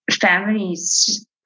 families